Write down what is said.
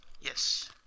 Yes